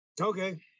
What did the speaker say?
okay